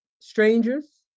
strangers